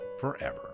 forever